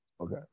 Okay